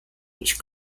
each